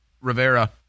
Rivera